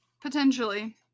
Potentially